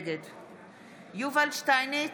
נגד יובל שטייניץ,